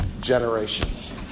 generations